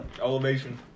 Elevation